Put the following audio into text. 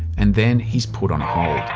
and then he's put on hold.